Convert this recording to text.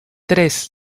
tres